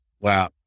Wow